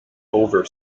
over